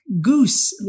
Goose